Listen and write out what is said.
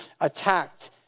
attacked